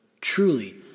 Truly